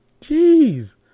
Jeez